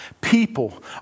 people